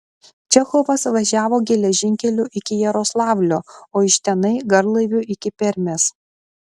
čechovas važiavo geležinkeliu iki jaroslavlio o iš tenai garlaiviu iki permės